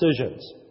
decisions